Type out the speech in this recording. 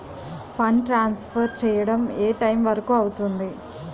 Fund transfer చేయడం ఏ time వరుకు అవుతుంది?